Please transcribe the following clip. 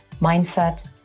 mindset